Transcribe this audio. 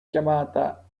chiamata